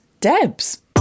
Debs